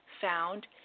found